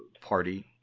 party